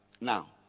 Now